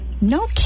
No